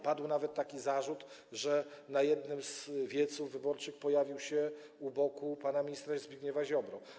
Padł nawet taki zarzut, że na jednym z wieców wyborczych pojawił się u boku pana ministra Zbigniewa Ziobro.